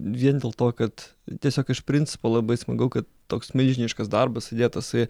vien dėl to kad tiesiog iš principo labai smagu kad toks milžiniškas darbas įdėtas į